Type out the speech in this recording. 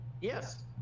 Yes